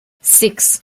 six